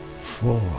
Four